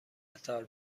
قطار